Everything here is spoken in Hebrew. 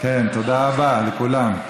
תודה רבה, לכולם.